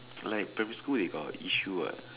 like primary school they got issue what